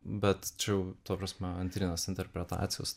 bet čia ta prasme antrinės interpretacijos